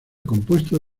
compuestos